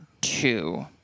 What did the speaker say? two